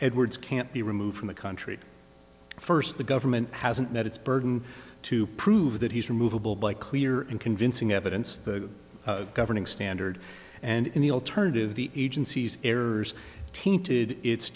edwards can't be removed from the country first the government hasn't met its burden to prove that he's removable by clear and convincing evidence the governing standard and in the alternative the agency's errors tainted it's